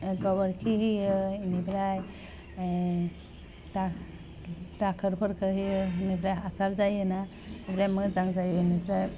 गोबोरखि होयो बेनिफ्राइ दा दाखोरफोरखौ होयो बिनिफ्राइ हासार जायोना आमफ्राइ मोजां जायो बेनिफ्राइ